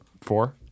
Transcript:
four